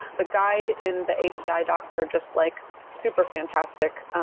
the guide in the api ah docs are just like super fantastic.